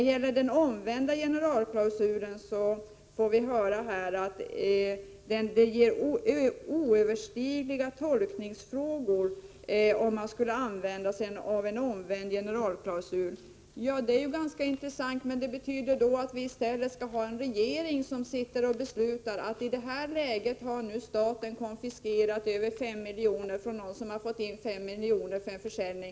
Beträffande den omvända generalklausulen får vi höra att en sådan skulle ge upphov till oöverstigliga tolkningsfrågor. Det är ju intressant att höra. Men det betyder samtidigt att vi i stället skall ha en regering som skall besluta att staten i ett visst läge har konfiskerat över 5 milj.kr. från någon som har fått in 5 milj.kr. vid en försäljning.